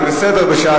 זה בסדר בשעה